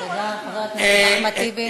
תודה, חבר הכנסת אחמד טיבי.